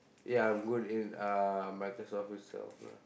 ya I'm good in uh Microsoft that stuff lah